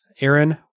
Aaron